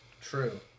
true